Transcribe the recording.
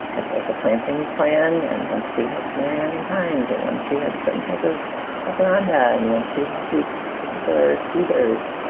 like there's a planting plan. and one street has canaria island pines and one street has a certain type of jacaranda and one street has these particular cedars.